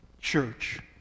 church